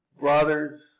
brothers